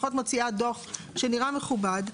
לפחות מוציאה דוח שנראה מכובד,